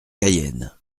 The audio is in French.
cayenne